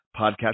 podcast